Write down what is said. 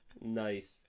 Nice